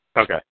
Okay